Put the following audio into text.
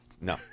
No